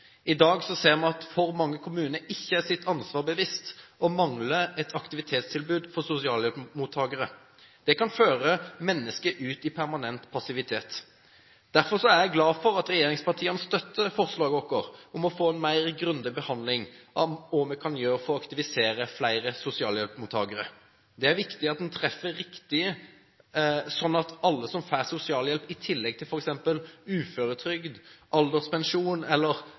I dag ser vi at for mange kommuner ikke er seg sitt ansvar bevisst, og mangler et aktivitetstilbud for sosialhjelpsmottakerne. Det kan føre mennesker ut i permanent passivitet. Derfor er jeg glad for at regjeringspartiene støtter vårt forslag om å få en mer grundig behandling av hva vi kan gjøre for å aktivisere flere sosialhjelpsmottakere. Det er viktig at man treffer riktig, slik at alle som får sosialhjelp i tillegg til f.eks. uføretrygd, alderspensjon eller